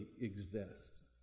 exist